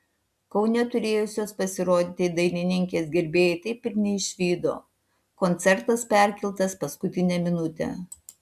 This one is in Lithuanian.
kaune turėjusios pasirodyti dainininkės gerbėjai taip ir neišvydo koncertas perkeltas paskutinę minutę